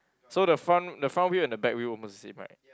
so the front the front wheel and the back wheel almost the same right